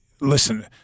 listen